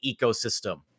ecosystem